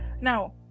Now